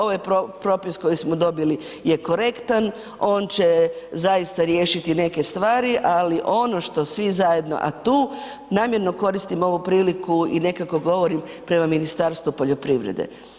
Ovaj propis koji smo dobili je korektan, on će zaista riješiti neke stvari, ali ono što svi zajedno, a tu namjerno koristim ovu priliku i nekako govorim prema Ministarstvu poljoprivrede.